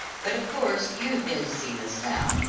but of course you have been to see miss south.